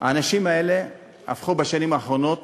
האנשים האלה הפכו בשנים האחרונות